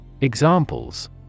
Examples